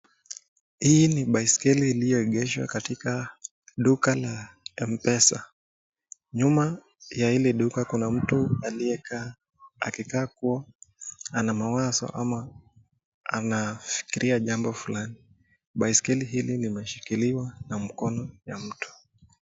Hii ni baiskeli iliyo egeshwa katika duka la mpesa. Nyuma ya hili duka Kuna mtu aliye kaa akikaa kuwa ana mawazo ama ana anafikiria jambo Fulani. Baiskeli hili limeshikiliwa na mkono Wa mtu.